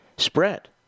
spread